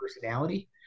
personality